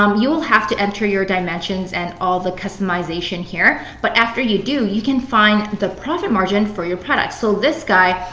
um you will have to enter your dimensions and all of the customization here. but after you do, you can find the profit margin for your product. so this guy,